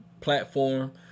platform